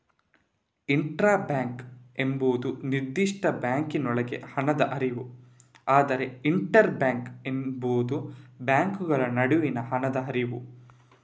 intra bank ಎಂಬುದು ನಿರ್ದಿಷ್ಟ ಬ್ಯಾಂಕಿನೊಳಗೆ ಹಣದ ಹರಿವು, ಆದರೆ ಇಂಟರ್ ಬ್ಯಾಂಕ್ ಎಂಬುದು ಬ್ಯಾಂಕುಗಳ ನಡುವಿನ ಹಣದ ಹರಿವು